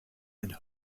and